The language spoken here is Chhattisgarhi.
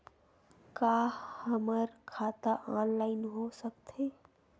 का हमर खाता ऑनलाइन हो सकथे?